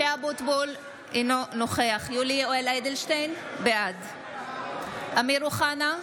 אינו נוכח יולי יואל אדלשטיין, בעד אמיר אוחנה,